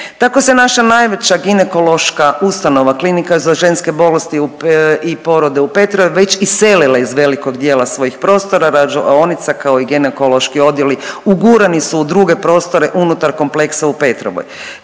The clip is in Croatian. Tako se naša najveća ginekološka ustanova Klinika za ženske bolesti i porode u Petrovoj već iselila iz velikog dijela svojih prostora, rađaonica kao i ginekološki odjeli ugurani su u druge prostore unutar kompleksa u Petrovoj.